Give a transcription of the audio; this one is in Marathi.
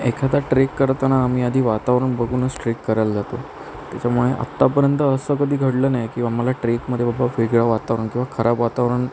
एखादा ट्रेक करताना आम्ही आधी वातावरण बघूनच ट्रेक करायला जातो त्याच्यामुळे आत्तापर्यंत असं कधी घडलं नाही की आम्हाला ट्रेकमध्ये बाबा वेगळं वातावरण किंवा खराब वातावरण